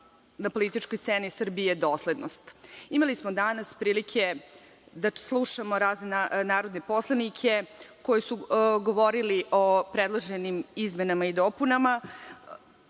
na političkoj sceni Srbije je doslednost. Imali smo danas prilike da slušamo razne narodne poslanike koji su govorili o predloženim izmenama i dopunama